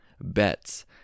bets